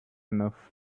enough